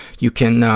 you can,